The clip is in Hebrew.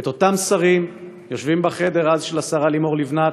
את אותם שרים יושבים בחדר של השרה לימור לבנת,